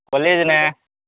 college ନା